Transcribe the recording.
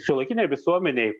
šiuolaikinėj visuomenėj